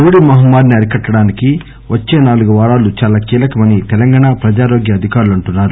Covid మహమ్మారిని అరికట్లడానికి వచ్చే నాలుగు వారాలు చాలా కీలకమని తెలంగాణలో ప్రజారోగ్య అధికారులు అంటున్నారు